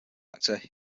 actor